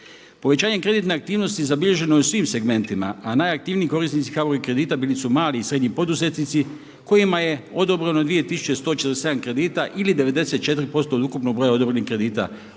Povećanjem kreditne aktivnosti zabilježeno je u svim segmentima a najaktivniji korisnici HBOR-ovih kredita bili su mali i srednji poduzetnici kojima je odobreno 2147 kredita ili 94% od ukupnog broja odobrenih kredita u iznosu